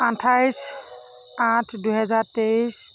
আঠাইছ আঠ দুহেজাৰ তেইছ